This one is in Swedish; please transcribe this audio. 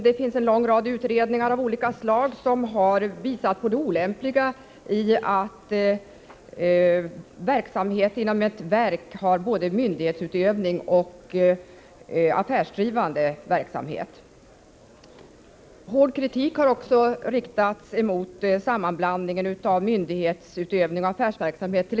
Det finns en lång rad utredningar av olika slag som har visat på det olämpliga i att ett verk har både myndighetsutövning och affärsdrivande verksamhet. Från press och allmänhet har också riktats hård kritik mot sammanblandningen av myndighetsutövning och affärsverksamhet.